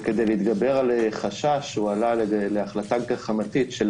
וכדי להתגבר על חשש שהועלה להחלטה גחמתית של